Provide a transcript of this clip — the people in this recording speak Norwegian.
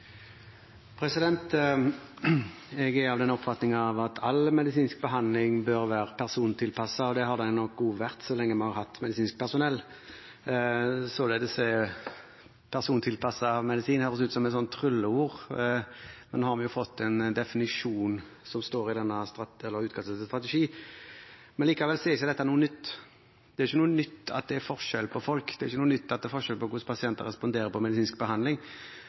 av den oppfatning at all medisinsk behandling bør være persontilpasset, og det har den også vært så lenge vi har hatt medisinsk personell. «Persontilpasset medisin» høres ut som trylleord, men nå har vi jo fått en definisjon, som står i utkastet til strategi. Likevel er ikke dette noe nytt. Det er ikke noe nytt at det er forskjell på folk. Det er ikke noe nytt at det er forskjell på hvordan pasienter responderer på medisinsk behandling.